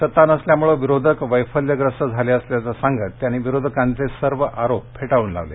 सत्ता नसल्यामुळं विरोधक वैफल्यग्रस्त झाले असल्याचं सांगत त्यांनी विरोधकांचे सर्व आरोप फेटाळून लावले